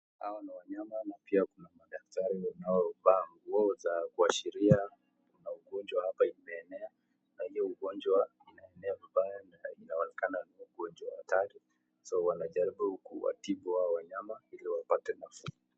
Hawa ni wanyama na pia kuna madaktari wanaovaa nguo za kuashiria kuna ugonjwa hapa inaenea na hiyo ugonjwa inaenea vibaya na inaonekana ni ugonjwa hatari. Wanajaribu kuwatibu hawa wanyama ili wapate nafuu.